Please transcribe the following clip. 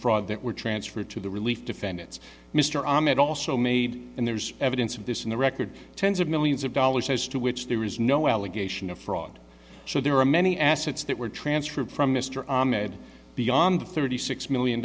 fraud that were transferred to the relief defendants mr ahmed also made and there's evidence of this in the record tens of millions of dollars as to which there is no allegation of fraud so there are many assets that were transferred from mr ahmed beyond the thirty six million